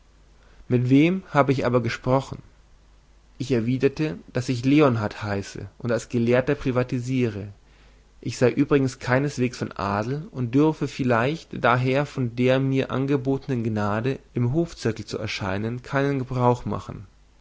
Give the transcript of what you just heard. mit wem habe ich aber gesprochen ich erwiderte daß ich leonard heiße und als gelehrter privatisiere ich sei übrigens keinesweges von adel und dürfe vielleicht daher von der mir angebotenen gnade im hofzirkel zu erscheinen keinen gebrauch machen